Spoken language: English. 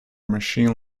machine